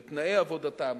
לתנאי עבודתם,